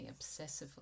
obsessively